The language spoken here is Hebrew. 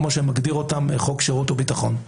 כמו שמגדיר אותם חוק שירות ביטחון.